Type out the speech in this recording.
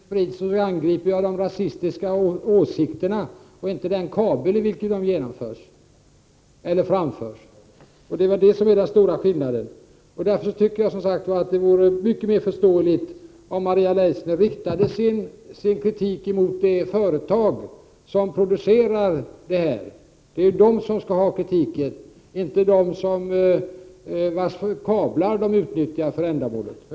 Herr talman! Om rasistiska åsikter sprids, angriper jag dessa rasistiska åsikter och inte den som äger den kabel genom vilka åsikterna framförs. Det är detta som är den stora skillnaden. Det vore därför mycket mer förståeligt om Maria Leissner riktade sin kritik mot det företag som producerar detta material. Det är det företaget som skall ha kritiken, inte de vars kablar man utnyttjar för ändamålet.